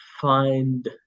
find